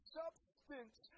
substance